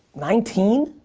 nineteen.